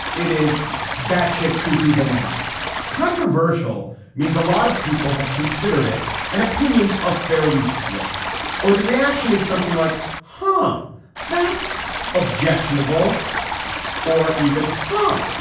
it is batshit cuckoo bananas controversial means a lot of people have considered it and opinions are fairly split or the reaction is something like huh that's objectionable or even huh.